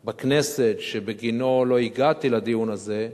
בכנסת, שבגינו לא הגעתי לדיון הזה,